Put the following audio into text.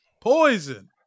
Poison